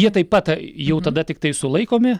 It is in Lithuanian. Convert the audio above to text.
jie taip pat jau tada tiktai sulaikomi